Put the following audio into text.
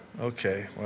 Okay